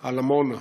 על עמונה.